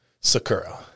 Sakura